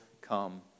come